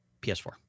PS4